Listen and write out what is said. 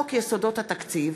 יסודות התקציב